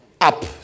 up